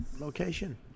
location